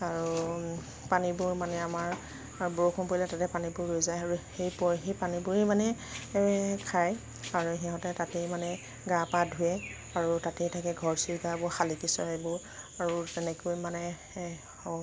আৰু পানীবোৰ মানে আমাৰ বৰষুণ পৰিলে তাতে পানীবোৰ ৰৈ যায় আৰু সেই প সেই পানীবোৰেই মানে খায় আৰু সিহঁতে তাতেই মানে গা পা ধুৱে আৰু তাতেই থাকে ঘৰচিৰিকাবোৰ শালিকী চৰাইবোৰ আৰু তেনেকৈ মানে